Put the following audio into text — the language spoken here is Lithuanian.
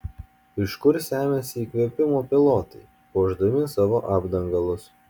iš kur semiasi įkvėpimo pilotai puošdami savo apdangalus